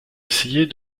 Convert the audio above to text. essayer